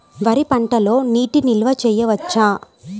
వరి పంటలో నీటి నిల్వ చేయవచ్చా?